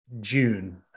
June